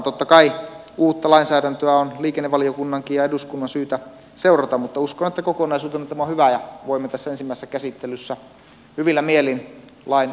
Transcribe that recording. totta kai uutta lainsäädäntöä on liikennevaliokunnankin ja eduskunnan syytä seurata mutta uskon että kokonaisuutena tämä on hyvä ja voimme tässä ensimmäisessä käsittelyssä hyvillä mielin lain sisällön hyväksyä